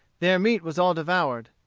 their meat was all devoured.